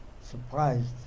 surprised